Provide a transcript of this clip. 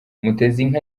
mutezinka